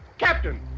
captain!